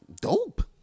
Dope